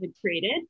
created